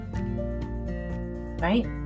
right